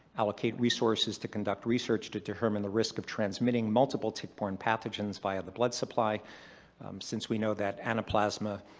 allocate resources to conduct research to determine the risk of transmitting multiple tick-borne pathogens via the blood supply since we know that anaplasma,